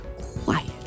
quiet